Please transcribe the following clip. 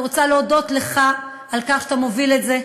אני רוצה להודות לך על כך שאתה מוביל את זה,